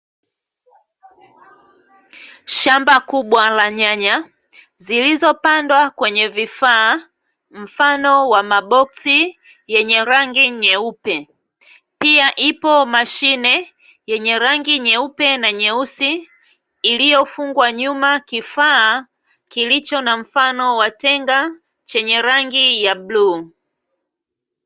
Shamba kubwa la nyanya zilizopandwa kwenye vifaa mfano wa maboksi yenye rangi nyeupe. Pia ipo mashine yenye rangi nyeupe na nyeusi iliyofungwa nyuma kifaa kilicho na mfano wa tenga chenye rangi ya bluu.